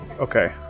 Okay